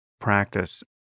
practice